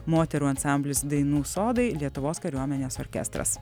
moterų ansamblis dainų sodai lietuvos kariuomenės orkestras